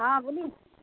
हँ बोली